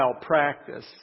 practice